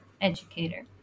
educator